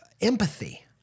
empathy